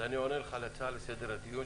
אז אני עונה לך על הצעה לסדר היום,